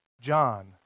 John